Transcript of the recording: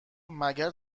مگر